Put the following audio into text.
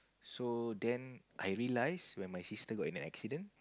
so then I realise when my sister got in an accident